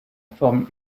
forme